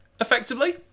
effectively